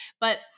But-